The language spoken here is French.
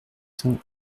cent